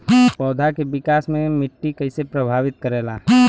पौधा के विकास मे मिट्टी कइसे प्रभावित करेला?